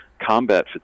combat